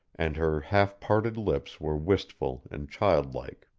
and her half-parted lips were wistful and childlike.